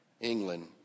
England